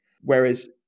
whereas